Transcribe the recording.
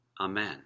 Amen